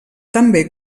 també